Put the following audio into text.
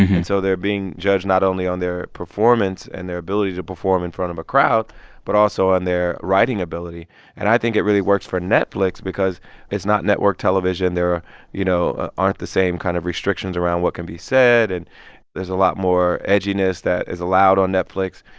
and so they're being judged not only on their performance and their ability to perform in front of a crowd but also on their writing ability and i think it really works for netflix because it's not network television. there, you know, aren't the same kind of restrictions around what can be said, and there's a lot more edginess that is allowed on netflix.